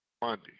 Monday